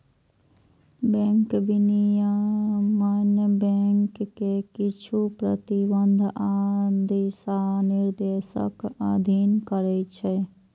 bank विनियमन bank कें किछु प्रतिबंध आ दिशानिर्देशक अधीन करै छै